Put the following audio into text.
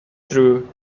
true